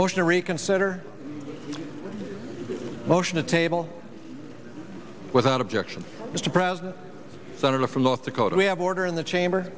motion to reconsider the motion to table without objection mr president senator from north dakota we have order in the chamber